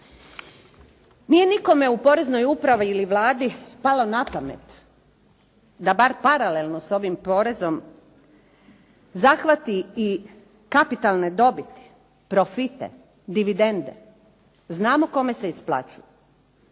Nije nikome u poreznoj upravi ili Vladi palo na pamet da bar paralelno s ovim porezom zahvati i kapitalne dobiti, profite, dividende. Znamo kome se isplaćuju.